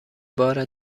بار